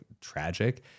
tragic